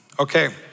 Okay